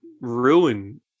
ruin